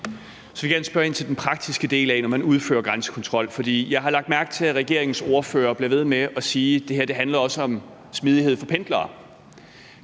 Så vil jeg gerne spørge ind til den praktiske del, når man udfører grænsekontrol. For jeg har lagt mærke til, at regeringens ordførere bliver ved med at sige, at det her også handler om smidighed for pendlere.